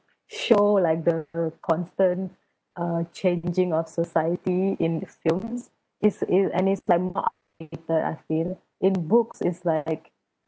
show like the constant uh changing of society in films is and it's like I feel in books it's like